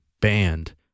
banned